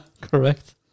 correct